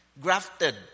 grafted